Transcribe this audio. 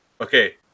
Okay